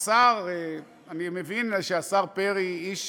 אני מבין שהשר פרי, איש